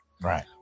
Right